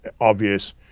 obvious